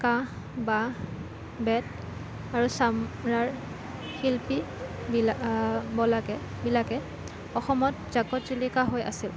কাঁহ বাঁহ বেত আৰু চামৰাৰ শিল্পী বিলা বলাকে বিলাকে অসমত জাকত জিলিকা হৈ আছিল